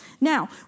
Now